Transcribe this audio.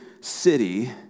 city